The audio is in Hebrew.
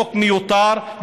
חוק מיותר,